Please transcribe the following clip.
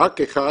רק אחד